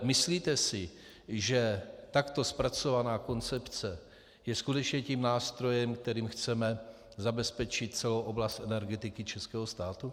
Myslíte si, že takto zpracovaná koncepce je skutečně tím nástrojem, kterým chceme zabezpečit celou oblast energetiky českého státu?